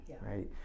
right